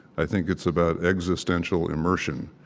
i think it's about existential immersion.